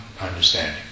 understanding